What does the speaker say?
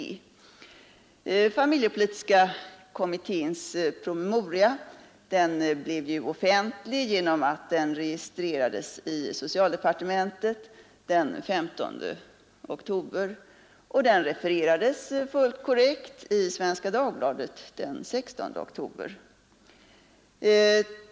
Familjepolitiska kommitténs promemoria blev ju offentlig genom att den registerades i socialdepartementet den 15 oktober, och den refererades fullt korrekt i Svenska Dagbladet den 16 oktober.